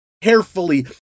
carefully